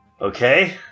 Okay